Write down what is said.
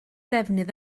defnydd